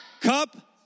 cup